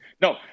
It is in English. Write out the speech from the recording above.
No